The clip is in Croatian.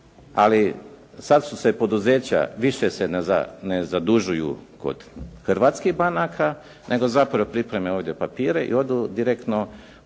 ali sad su se poduzeća, više se ne zadužuju kod hrvatskih banaka nego zapravo pripreme ovdje papire i odu direktno